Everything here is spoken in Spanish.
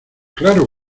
claro